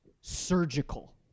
surgical